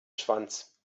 schwanz